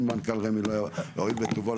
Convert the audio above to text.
אם מנכ"ל רמ"י לא יואיל בטובו.